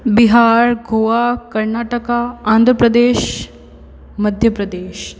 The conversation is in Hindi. बिहार गोवा कर्नाटक आंध्र प्रदेश मध्य प्रदेश